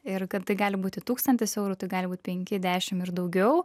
ir kad tai gali būti tūkstantis eurų tai gali būt penki dešim ir daugiau